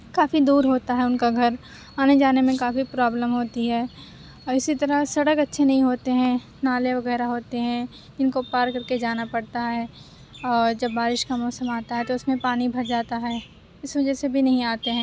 کافی دور ہوتا ہے اُن کا گھر آنے جانے میں کافی پرابلم ہوتی ہے اور اِسی طرح سڑک اچھے نہیں ہوتے ہیں نالے وغیرہ ہوتے ہیں اِن کو پار کر کے جانا پڑتا ہے اور جب بارش کا موسم آتا ہے تو اُس میں پانی بھر جاتا ہے اِس وجہ سے بھی نہیں آتے ہیں